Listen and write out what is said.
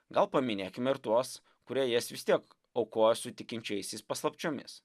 gal paminėkime ir tuos kurie jas vis tiek aukoja su tikinčiaisiais paslapčiomis